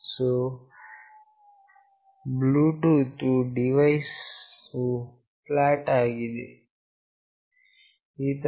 so bluetooth ವು device ವು flat ಆಗಿದೆ ಇತರ